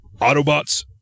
Autobots